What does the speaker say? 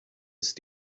ist